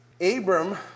Abram